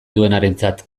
duenarentzat